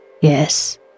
Yes